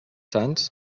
sants